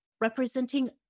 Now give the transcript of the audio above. representing